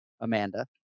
Amanda